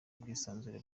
ubwisanzure